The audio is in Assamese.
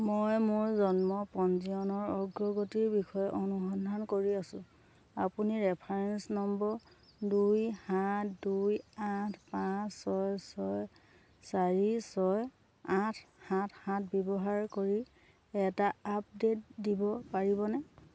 মই মোৰ জন্ম পঞ্জীয়নৰ অগ্ৰগতিৰ বিষয়ে অনুসন্ধান কৰি আছোঁ আপুনি ৰেফাৰেন্স নম্বৰ দুই সাত দুই আঠ পাঁচ ছয় ছয় চাৰি ছয় আঠ সাত সাত ব্যৱহাৰ কৰি এটা আপডেট দিব পাৰিবনে